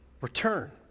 return